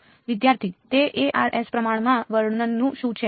વિધાર્થી તે s પ્રમાણમાં વર્ણનનું શું છે